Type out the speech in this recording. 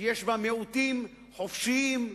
שיש בה מיעוטים חופשיים,